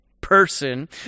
person